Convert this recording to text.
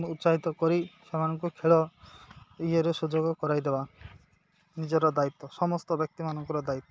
ଉତ୍ସାହିତ କରି ସେମାନଙ୍କୁ ଖେଳ ଇଏରେ ସୁଯୋଗ କରାଇଦେବା ନିଜର ଦାୟିତ୍ୱ ସମସ୍ତ ବ୍ୟକ୍ତିମାନଙ୍କର ଦାୟିତ୍ୱ